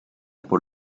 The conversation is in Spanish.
por